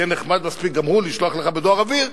יהיה נחמד מספיק גם הוא לשלוח לך בדואר אוויר,